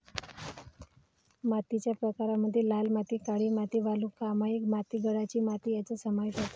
मातीच्या प्रकारांमध्ये लाल माती, काळी माती, वालुकामय माती, गाळाची माती यांचा समावेश होतो